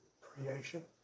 Creation